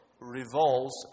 revolves